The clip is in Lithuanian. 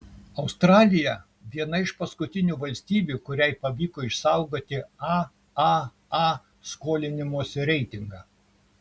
australija viena iš paskutinių valstybių kuriai pavyko išsaugoti aaa skolinimosi reitingą